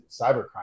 cybercrime